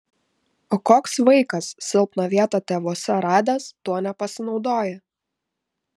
o koks vaikas silpną vietą tėvuose radęs tuo nepasinaudoja